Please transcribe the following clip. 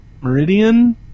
Meridian